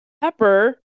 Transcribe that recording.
pepper